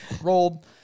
rolled